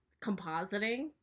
compositing